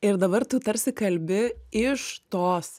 ir dabar tu tarsi kalbi iš tos